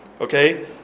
Okay